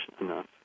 enough